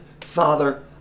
father